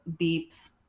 beeps